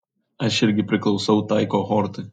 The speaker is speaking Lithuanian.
aš irgi priklausau tai kohortai